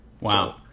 Wow